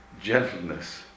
gentleness